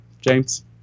James